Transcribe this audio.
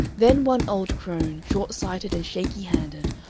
then one old crone, short-sighted and shaky-handed,